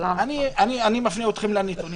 אני מפנה אתכם לנתונים.